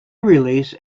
release